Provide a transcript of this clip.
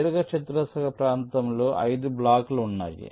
దీర్ఘచతురస్రాకార ప్రాంతంలో 5 బ్లాక్స్ ఉన్నాయి